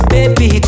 Baby